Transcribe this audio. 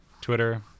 twitter